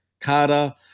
Carter